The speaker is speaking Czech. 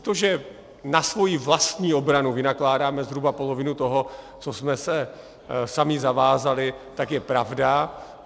To, že na svoji vlastní obranu vynakládáme zhruba polovinu toho, co jsme se sami zavázali, je pravda.